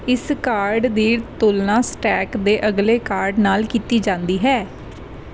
ਇਸ ਕਾਰਡ ਦੀ ਤੁਲਨਾ ਸਟੈਕ ਦੇ ਅਗਲੇ ਕਾਰਡ ਨਾਲ ਕੀਤੀ ਜਾਂਦੀ ਹੈ